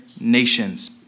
nations